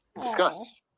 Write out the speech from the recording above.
Discuss